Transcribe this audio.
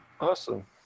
Awesome